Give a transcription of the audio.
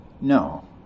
No